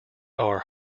are